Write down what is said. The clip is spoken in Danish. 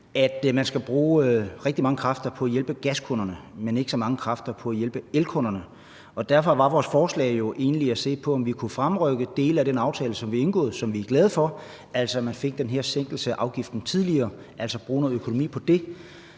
at man skal bruge rigtig mange kræfter på at hjælpe gaskunderne, men ikke så mange kræfter på at hjælpe elkunderne. Og derfor var vores forslag jo egentlig også at se på, om vi kunne fremrykke nogle dele af den aftale, som vi har indgået, og som vi er glade for, altså at man fik den her sænkelse af afgiften tidligere, altså bruge noget økonomi på det,